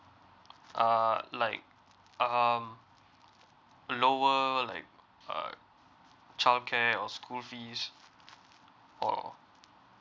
uh like um lower like uh childcare or school fees or